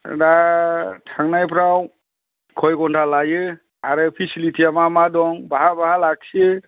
दा थांनायफोराव कय घन्टा लायो आरो फेसिलिति आ मा मा दं बहा बहा लाखियो